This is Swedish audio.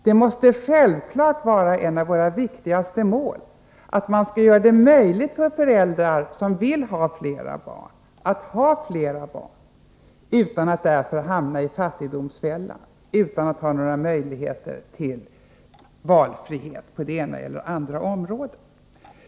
Det måste självfallet vara ett av våra viktigaste mål att göra det möjligt för de föräldrar som vill ha flera barn att ha det, utan att därför hamna i fattigdomsfällan, utan att råka i en situation där de inte har någon valfrihet på det ena eller andra området.